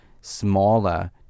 smaller